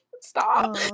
stop